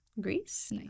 Greece